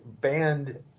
banned